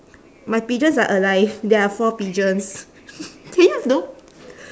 my pigeons are alive there are four pigeons can you don't